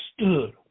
stood